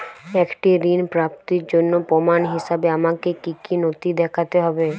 একটি ঋণ প্রাপ্তির জন্য প্রমাণ হিসাবে আমাকে কী কী নথি দেখাতে হবে?